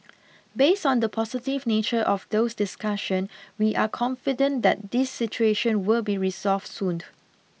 based on the positive nature of those discussion we are confident that this situation will be resolved soon